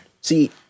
See